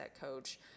coach